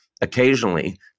occasionally